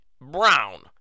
Brown